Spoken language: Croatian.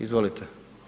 Izvolite.